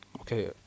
Okay